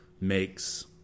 makes